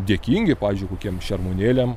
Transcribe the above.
dėkingi pavyzdžiui kokiem šermuonėliam